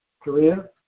Korea